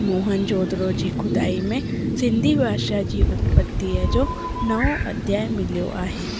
मोहन जोदाड़ो जी खुदाई में सिंधी भाषा जी उत्पतिअ जो नओ अध्याय मिलियो आहे